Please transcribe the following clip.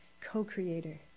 co-creator